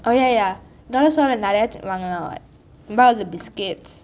oh ya ya dollar store லே நிறைய வாங்கலாம்:lei niraiya vankalaam remember the biscuits